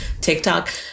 TikTok